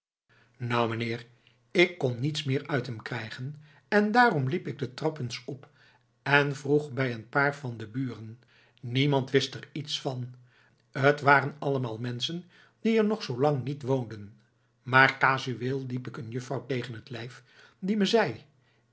nou meneer ik kon niks meer uit hem krijgen en daarom liep ik de trap eens op en vroeg bij een paar van de buren niemand wist er iets van het waren allemaal menschen die er nog zoo lang niet woonden maar casuweel liep ik een juffrouw tegen het lijf die me zei